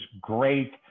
great